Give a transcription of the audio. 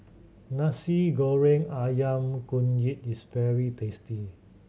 Nasi Goreng Ayam Kunyit is very tasty